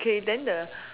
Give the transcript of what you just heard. k then the